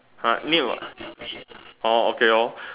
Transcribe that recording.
!huh! new ah orh okay lor